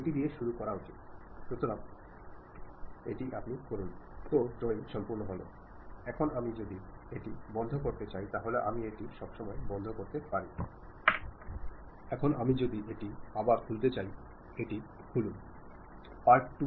ഉദാഹരണം പറയുകയാണെങ്കിൽ നിങ്ങൾ ഒരു കമ്പോളത്തിലേയ്ക് ഫോൺ വഴി സന്ദേശം അയക്കാൻ ശ്രമിക്കുമ്പോൾ ചില ശബ്ദ തടസ്സം കാരണം റിസീവറിനു ആ സന്ദേശം ശരിക്കും മനസിലാക്കാൻ കഴിയാതെ പോകുന്നു